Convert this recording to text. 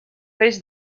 peix